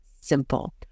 simple